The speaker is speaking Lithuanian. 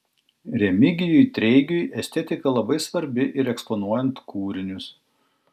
remigijui treigiui estetika labai svarbi ir eksponuojant kūrinius